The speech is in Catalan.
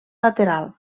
lateral